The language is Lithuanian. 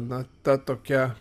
na tokia